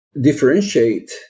differentiate